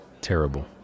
terrible